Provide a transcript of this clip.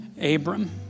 Abram